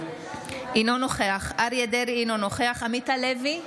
אינו נוכח אריה מכלוף דרעי, אינו נוכח עמית הלוי,